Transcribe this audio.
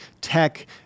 tech